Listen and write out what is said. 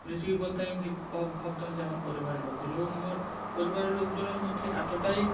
পৃথিবী বলতে আমি কী ভাবতাম যে আমার পরিবারের লোকজন এবং আমার পরিবারের লোকজনের মধ্যে এতোটাই